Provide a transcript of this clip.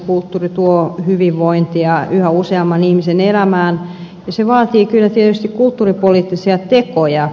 kulttuuri tuo hyvinvointia yhä useamman ihmisen elämään ja se vaatii kyllä tietysti kulttuuripoliittisia tekoja